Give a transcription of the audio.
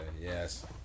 yes